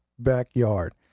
backyard